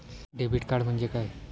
Debit card म्हणजे काय?